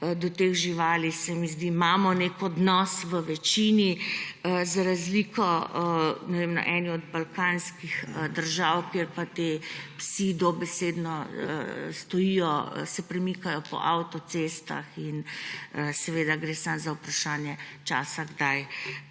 do teh živali, se mi zdi, v večini imamo nek odnos, za razliko, ne vem, v eni od balkanskih držav, kjer pa ti psi dobesedno stojijo, se premikajo po avtocestah in gre samo za vprašanje časa, kdaj